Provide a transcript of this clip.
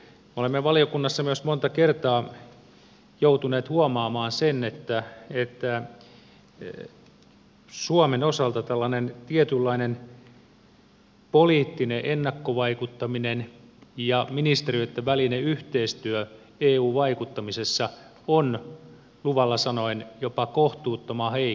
me olemme valiokunnassa monta kertaa joutuneet huomaamaan myös sen että suomen osalta tällainen tietynlainen poliittinen ennakkovaikuttaminen ja ministeriöitten välinen yhteistyö eu vaikuttamisessa on luvalla sanoen jopa kohtuuttoman heikkoa